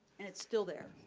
and it's still there.